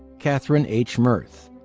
kathryn h. merth.